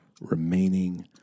remaining